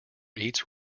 each